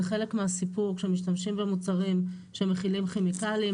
זה חלק מהסיפור כשמשתמשים במוצרים שמכילים כימיקלים,